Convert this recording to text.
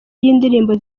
y’indirimbo